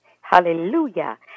Hallelujah